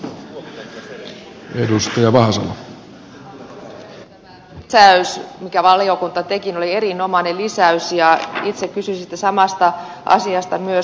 tämä lisäys minkä valiokunta teki oli erinomainen lisäys ja itse kysyisin siitä samasta asiasta myös